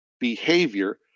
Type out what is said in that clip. behavior